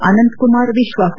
Ananthkumar ವಿಶ್ಲಾಸ